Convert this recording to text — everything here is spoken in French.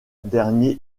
derniers